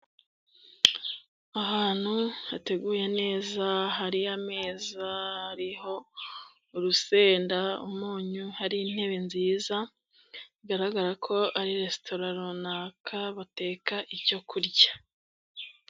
Ahantu hateguye neza hari ameza ariho; urusenda, umunyu, hari intebe nziza bigaragara ko ari resitora runaka bateka icyo kurya.